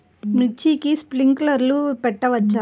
మిర్చికి స్ప్రింక్లర్లు పెట్టవచ్చా?